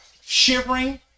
shivering